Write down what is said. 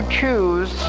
choose